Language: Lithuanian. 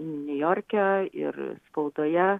niujorke ir spaudoje